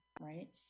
right